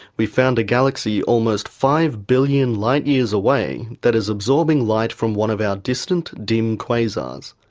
we've found a galaxy almost five billion light years away that is absorbing light from one of our distant dim quasars.